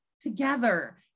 together